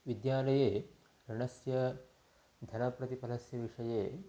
विद्यालये ऋणस्य धनप्रतिफलस्य विषये